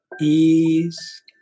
ease